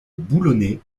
boulonnais